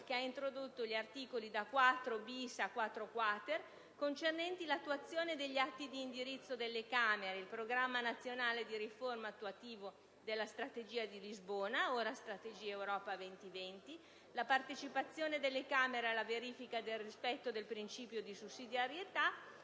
che ha introdotto gli articoli da 4-*bis* a 4-*quater* - concernenti l'attuazione degli atti di indirizzo delle Camere, il programma nazionale di riforma attuativo della strategia di Lisbona (ora strategia Europa 2020), la partecipazione delle Camere alla verifica del rispetto del principio di sussidiarietà